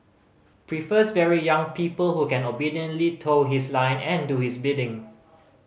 prefers very young people who can obediently toe his line and do his bidding